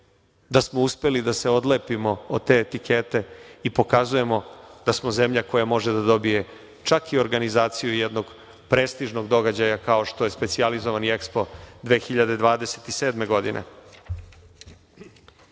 da smo uspeli da se odlepimo od te etikete i pokazujemo da smo zemlja koja može da dobije čak i organizaciju jednog prestižnog događaja kao što je specijalizovani EKSPO 2027. godine. Koliko